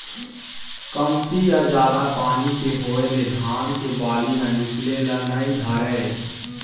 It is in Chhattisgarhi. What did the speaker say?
कमती या जादा पानी के होए ले धान के बाली ह निकले ल नइ धरय